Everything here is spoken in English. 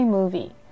Movie